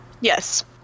Yes